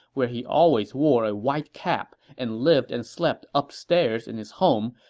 where he always wore a white cap and lived and slept upstairs in his home,